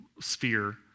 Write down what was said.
sphere